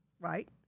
Right